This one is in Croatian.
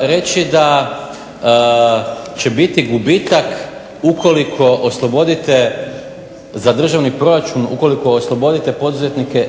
reći da će biti gubitak za državni proračun ukoliko oslobodite poduzetnike